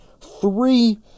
Three